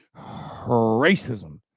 racism